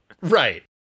Right